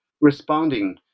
responding